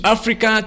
Africa